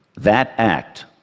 that act,